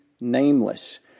nameless